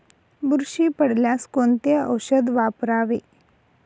बुरशी पडल्यास कोणते औषध वापरावे?